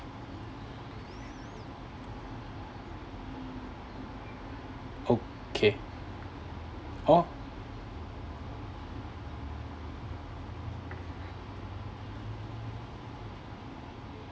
okay orh